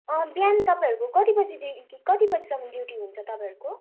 अँ बिहान तपाईँहरूको कति बजीदेखि कति बजीसम्म ड्युटी हुन्छ तपाईँहरूको